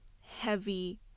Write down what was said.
heavy